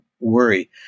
Worry